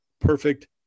perfect